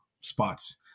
spots